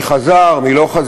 מי חזר, מי לא חזר.